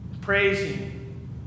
praising